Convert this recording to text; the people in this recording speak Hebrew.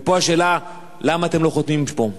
והשאלה, למה אתם לא חותמים פה.